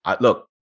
look